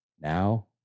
now